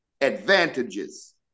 advantages